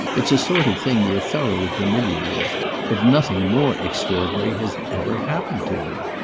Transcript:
it's a sort of thing you're thoroughly familiar with but nothing more extraordinary has ever happened to me.